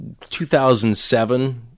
2007